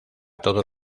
todos